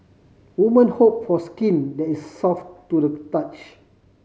woman hope for skin that is soft to the touch